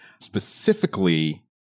Specifically